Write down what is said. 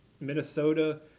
Minnesota